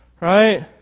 Right